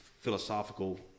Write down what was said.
philosophical